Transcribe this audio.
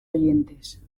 oyentes